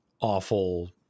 awful